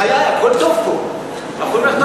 בחיי, הכול טוב פה, אנחנו יכולים ללכת הביתה.